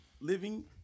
living